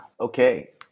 Okay